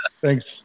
Thanks